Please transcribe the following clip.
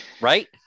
right